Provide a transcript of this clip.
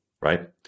right